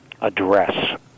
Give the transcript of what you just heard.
address